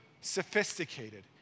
sophisticated